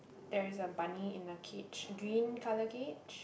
there is a bunny in a cage green colour cage